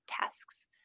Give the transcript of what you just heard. tasks